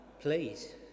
please